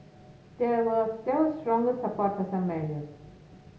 there were there was stronger support for some measures